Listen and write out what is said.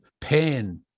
pain